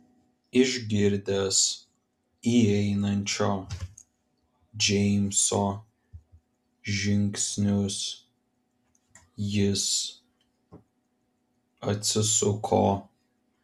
išgirdęs įeinančio džeimso žingsnius jis atsisuko